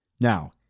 Now